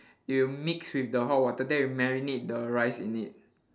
it will mix with the hot water then it'll marinate the rice in it